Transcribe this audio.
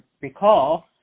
recall